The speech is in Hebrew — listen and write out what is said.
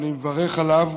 ואני מברך עליו.